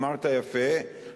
אמרת יפה,